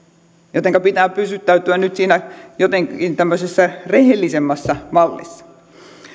jotenka pitää pysyttäytyä nyt jotenkin tämmöisessä rehellisemmässä mallissa